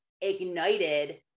ignited